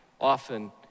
often